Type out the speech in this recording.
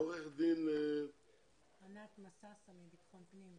עורכת הדין ענת מססה, המשרד לביטחון פנים.